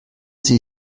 sie